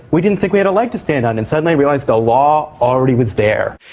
we didn't think we had a leg to stand on, and suddenly i realised the law already was there.